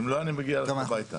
אם לא, אני מגיע אליך הביתה.